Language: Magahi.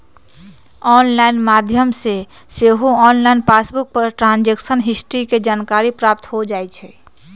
ऑनलाइन माध्यम से सेहो ऑनलाइन पासबुक पर ट्रांजैक्शन हिस्ट्री के जानकारी प्राप्त हो जाइ छइ